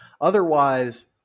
Otherwise